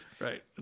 Right